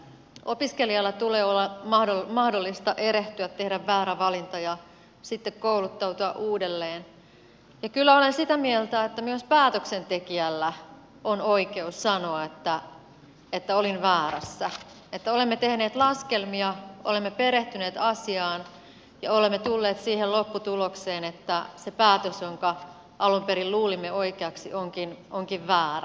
opiskelijalla tulee olla mahdollista erehtyä tehdä väärä valinta ja sitten kouluttautua uudelleen ja kyllä olen sitä mieltä että myös päätöksentekijällä on oikeus sanoa että olin väärässä että olemme tehneet laskelmia olemme perehtyneet asiaan ja olemme tulleet siihen lopputulokseen että se päätös jota alun perin luulimme oikeaksi onkin väärä